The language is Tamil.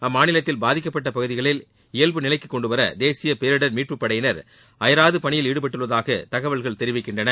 அம்மாநிலத்தில் பாதிக்கப்பட்ட பகுதிகளை இயல்பு நிலைக்கு கொண்டுவர தேசிய பேரிடர் மீட்புப் படையினர் அயராது பணியில் ஈடுபட்டுள்ளதாக தகவல்கள் தெரிவிக்கின்றன